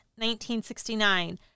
1969